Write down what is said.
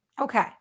Okay